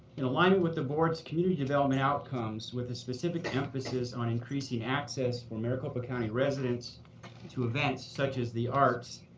in aligning with the board's community development outcomes with a specify emphasize on increasing access for maricopa county residence to events, such as the arts,